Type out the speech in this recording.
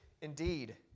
indeed